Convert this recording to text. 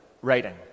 writing